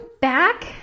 back